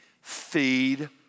Feed